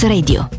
Radio